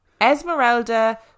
esmeralda